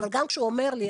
אבל גם כשהוא אומר לי,